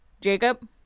Jacob